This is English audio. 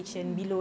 mm